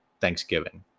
Thanksgiving